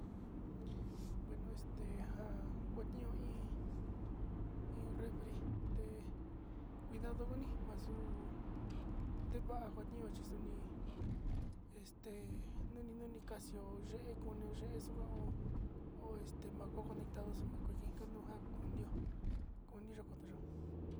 Beno este nja kuenio iin iin refri te'e kundadoni maxu ndevahua niochi xo'oni este neni neinio kaxio ye'e konio ye'e xio njao ho este ndejan komi njakonja konio koniyo kotoyo.